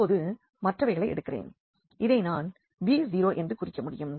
இப்பொழுது மற்றவைகளை எடுக்கிறேன் இதை நான் b0 என்று குறிக்க முடியும்